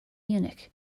munich